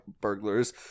burglars